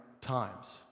times